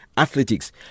athletics